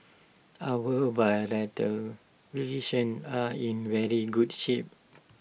our bilateral relations are in very good shape